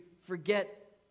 forget